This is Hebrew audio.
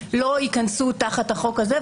האלה לא ייכנסו תחת החוק הזה.